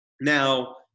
now